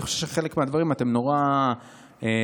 אני חושב שחלק מהדברים אתם נורא תסכימו.